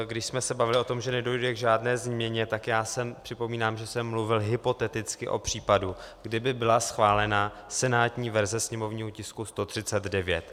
Když jsme se bavili o tom, že nedojde k žádné změně, tak připomínám, že jsem mluvil hypoteticky o případu, kdy by byla schválena senátní verze sněmovního tisku 139.